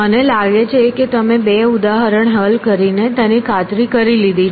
મને લાગે છે કે તમે બે ઉદાહરણ હલ કરી ને તેની ખાતરી કરી લીધી છે